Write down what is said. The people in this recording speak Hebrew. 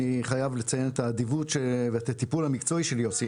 אני חייב לציין את האדיבות ואת הטיפול המקצועי של יוסי.